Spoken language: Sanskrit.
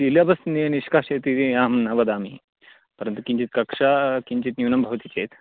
सिलबस् नि निष्काश्यत इति अहं न वदामि परन्तु किञ्चित् कक्षाः किञ्चित् न्यूनं भवति चेत्